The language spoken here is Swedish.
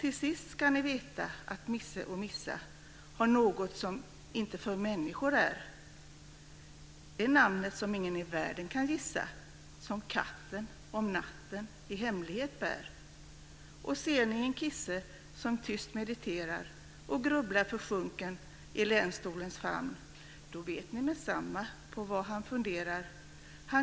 Till sist ska ni veta att misse och missa har något som inte för människor är, det namnet som ingen i världen kan gissa, som katten om natten i hemlighet bär. Och ser ni en kisse som tyst mediterar och grubblar, försjunken i länsstolens famn då vet ni mesamma på vad han funderar.